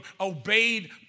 obeyed